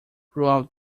throughout